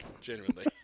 genuinely